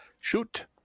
shoot